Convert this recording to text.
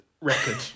record